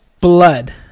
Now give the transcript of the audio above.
blood